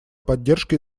поддержка